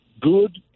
good